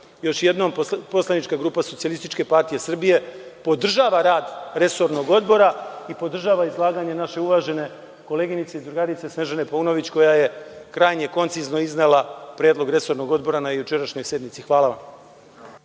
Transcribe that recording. jednom poslanička grupa SPS podržava rad resornog odbora i podržava izlaganje naše uvažene koleginice i drugarice Snežane Paunović koja je krajnje koncizno iznela predlog resornog odbora na jučerašnjoj sednici. Hvala vam.